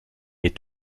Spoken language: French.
est